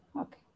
Okay